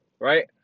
right